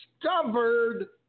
discovered